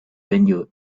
venue